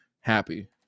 happy